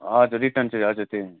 हजुर रिटर्न चाहिँ हजुर त्यो